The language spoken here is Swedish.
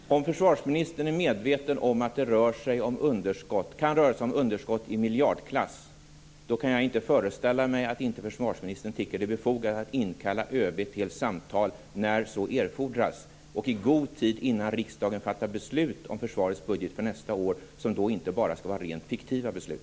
Fru talman! Om försvarsministern är medveten om att det kan röra sig om underskott i miljardklass, då kan jag inte föreställa mig att inte försvarsministern tycker att det är befogat att inkalla ÖB till samtal när så erfordras och i god tid innan riksdagen fattar beslut om försvarets budget för nästa år, som då inte skall vara rent fiktiva beslut.